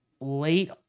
Late